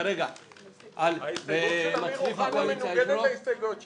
כרגע --- ההסתייגות של אמיר אוחנה מנוגדת להסתייגויות שלכם.